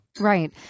Right